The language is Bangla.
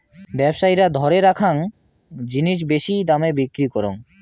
ব্যবসায়ীরা ধরে রাখ্যাং জিনিস বেশি দামে বিক্রি করং